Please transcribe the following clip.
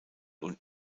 und